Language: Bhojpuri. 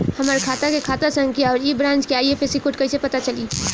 हमार खाता के खाता संख्या आउर ए ब्रांच के आई.एफ.एस.सी कोड कैसे पता चली?